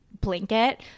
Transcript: blanket